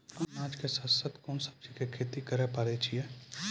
अनाज के साथ साथ कोंन सब्जी के खेती करे पारे छियै?